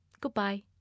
Goodbye